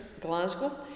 Glasgow